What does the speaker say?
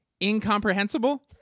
incomprehensible